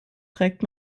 trägt